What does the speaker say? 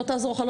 לא תעזור לך,